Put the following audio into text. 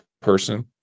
person